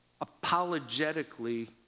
apologetically